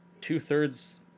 two-thirds